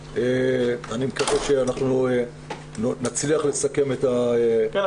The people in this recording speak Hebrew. אני מקווה שאנחנו נצליח לסכם את ה- -- כן,